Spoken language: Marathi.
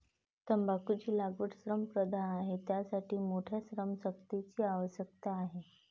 तंबाखूची लागवड श्रमप्रधान आहे, त्यासाठी मोठ्या श्रमशक्तीची आवश्यकता आहे